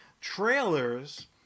Trailers